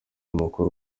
mukuru